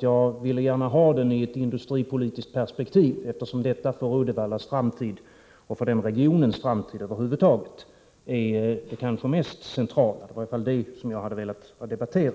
Jag ville gärna få den belyst i ett industripolitiskt perspektiv, eftersom detta för Uddevallas och för regionens framtid är det kanske mest centrala — det var i varje fall detta jag hade velat debattera.